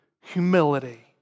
humility